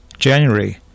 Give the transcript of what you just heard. January